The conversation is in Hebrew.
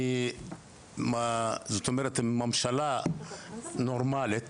עם ממשלה נורמאלית,